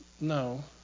No